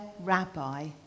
rabbi